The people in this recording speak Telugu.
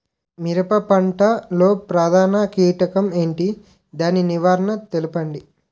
మిరప పంట లో ప్రధాన కీటకం ఏంటి? దాని నివారణ తెలపండి?